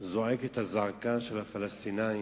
זועק את הזעקה של הפלסטינים,